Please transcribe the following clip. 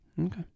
Okay